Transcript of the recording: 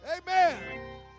Amen